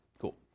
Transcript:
Cool